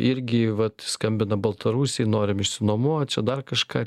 irgi vat skambina baltarusiai norim išsinuomot čia dar kažką